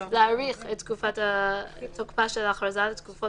להאריך את תקופת תוקפה של ההכרזה לתקופות